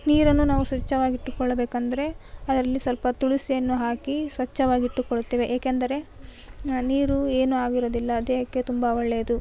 ನೀರನ್ನು ನಾವು ಸ್ವಚ್ಛವಾಗಿ ಇಟ್ಟುಕೊಳ್ಳಬೇಕೆಂದ್ರೆ ಅದರಲ್ಲಿ ಸ್ವಲ್ಪ ತುಳಸಿಯನ್ನು ಹಾಕಿ ಸ್ವಚ್ಛವಾಗಿಟ್ಟುಕೊಳ್ಳುತ್ತೇವೆ ಏಕೆಂದರೆ ನೀರು ಏನು ಆಗಿರೋದಿಲ್ಲ ದೇಹಕ್ಕೆ ತುಂಬ ಒಳ್ಳೆಯದು